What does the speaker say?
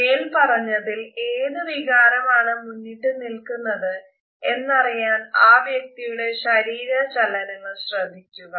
മേല്പറഞ്ഞതിൽ ഏത് വികാരമാണ് മുന്നിട്ടു നില്കുന്നത് എന്നറിയാൻ ആ വ്യക്തിയുടെ ശരീരചലനങ്ങൾ ശ്രദ്ധിക്കുക